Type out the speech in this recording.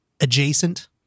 adjacent